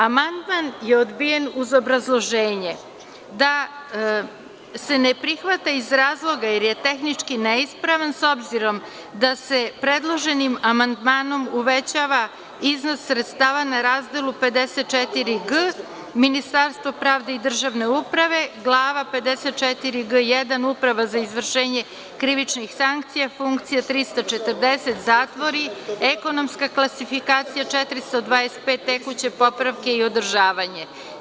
Amandman je odbijen uz obrazloženje da se ne prihvata iz razloga jer je tehnički neispravan, s obzirom da se predloženim amandmanom uvećava iznos sredstava na razdelu 54g, Ministarstvo pravde i državne uprave glava 54g1 Uprava za izvršenje krivičnih sankcija, funkcija 340 zatvori, ekonomska klasifikacija 425, tekuće popravke i održavanje.